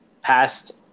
past